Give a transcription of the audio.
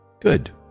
Good